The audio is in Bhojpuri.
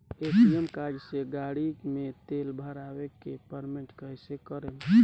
ए.टी.एम कार्ड से गाड़ी मे तेल भरवा के पेमेंट कैसे करेम?